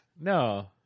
No